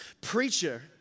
preacher